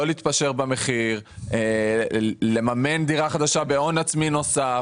לא להתפשר במחיר ולממן דירה חדשה בהון עצמי נוסף.